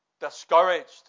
discouraged